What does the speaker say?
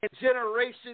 generation's